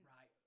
Right